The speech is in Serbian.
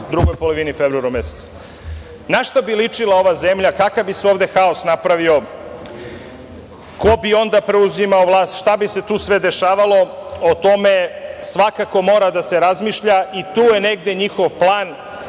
drugoj polovini februara meseca? Na šta bi ličila ova zemlja, kakav bi se ovde haos napravio? Ko bi onda preuzimao vlast? Šta bi se sve tu dešavalo, o tome svakako mora da se razmišlja i tu je negde njihov